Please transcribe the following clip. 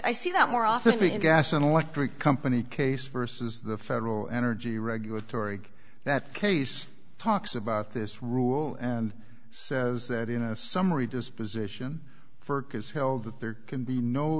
i see that more often gas and electric company case versus the federal energy regulatory that case talks about this rule and says that in a summary disposition for goods held that there can be no